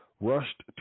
rushed